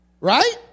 Right